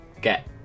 get